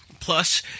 Plus